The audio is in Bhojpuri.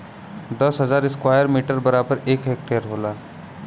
दस हजार स्क्वायर मीटर बराबर एक हेक्टेयर होला